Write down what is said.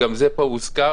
גם זה כבר הוזכר.